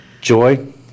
Joy